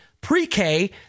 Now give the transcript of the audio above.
pre-K